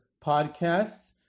podcasts